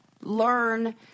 learn